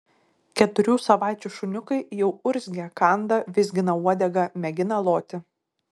keturių savaičių šuniukai jau urzgia kanda vizgina uodegą mėgina loti